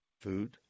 food